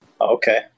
Okay